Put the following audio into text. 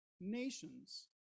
nations